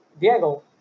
Diego